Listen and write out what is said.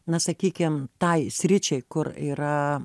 na sakykim tai sričiai kur yra